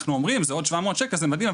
אנחנו אומרים, זה עוד שבע מאות שקל, זה מדהים.